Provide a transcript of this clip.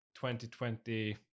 2020